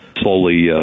slowly